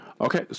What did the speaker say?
Okay